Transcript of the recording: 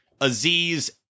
aziz